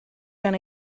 going